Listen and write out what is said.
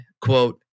quote